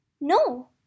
No